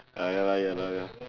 ah ya lah ya lah ya